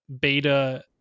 beta